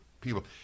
people